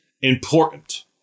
important